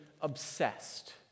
obsessed